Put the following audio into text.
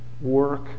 work